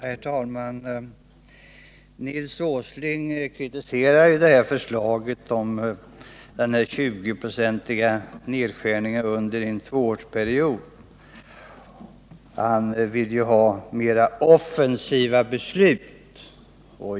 Herr talman! Nils Åsling kritiserar förslaget om nedskärning med 20 96 under en tvåårsperiod. Han vill ha mer offensiva beslut.